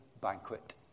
banquet